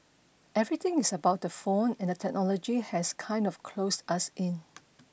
everything is about the phone and the technology has kind of closed us in